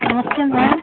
नमस्ते मैम